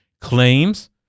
claims